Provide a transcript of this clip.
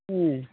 ம்